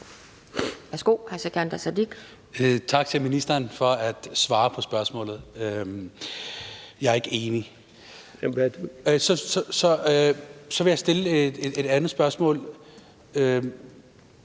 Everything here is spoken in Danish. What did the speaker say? Tak til ministeren for at svare på spørgsmålet. Jeg er ikke enig. Så vil jeg stille et andet spørgsmål: